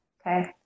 okay